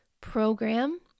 program